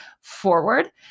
forward